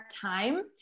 time